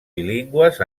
bilingües